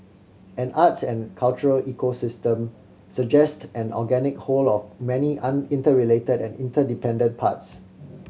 an arts and cultural ecosystem suggest an organic whole of many interrelated and interdependent parts